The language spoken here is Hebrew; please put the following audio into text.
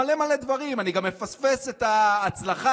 זה לחברי